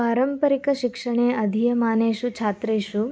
पारम्परिकशिक्षणे अधीयमानेषु छात्रेषु